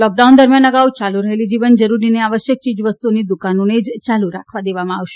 lockdown દરમિયાન અગાઉ યાલુ રહેલી જીવનજરૂરી અને આવશ્યક યીજવસ્તુઓની દ્રકાનોને જ ચાલુ રાખવા દેવામાં આવશે